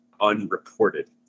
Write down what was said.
unreported